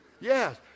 Yes